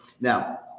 Now